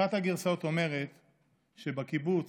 אחת הגרסאות אומרת שבקיבוץ,